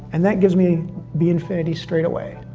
and that gives me b infinity straight away.